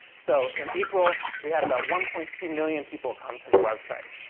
so in april, we had about one point two million people come to the website.